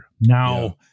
Now